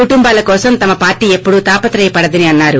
కుటుంటాల కోసం తమ పార్టీ ఎప్పుడూ తాపత్రయ పడదని అన్నారు